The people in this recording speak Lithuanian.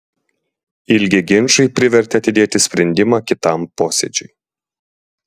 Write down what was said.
ilgi ginčai privertė atidėti sprendimą kitam posėdžiui